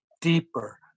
deeper